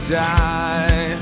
die